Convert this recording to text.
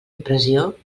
impressió